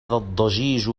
الضجيج